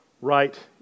right